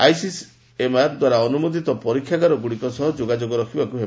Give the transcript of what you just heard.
ICMR ଦ୍ୱାରା ଅନୁମୋଦିତ ପରୀକ୍ଷାଗାରଗୁଡ଼ିକ ସହ ଯୋଗାଯୋଗ ରଖିବାକୁ ହେବ